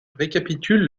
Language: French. récapitule